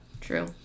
true